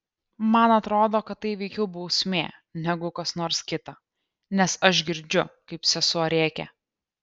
man atrodo kad tai veikiau bausmė negu kas nors kita nes aš girdžiu kaip sesuo rėkia